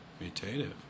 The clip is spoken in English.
mutative